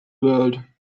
world